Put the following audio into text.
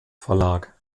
verlag